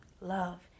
love